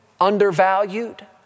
undervalued